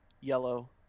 yellow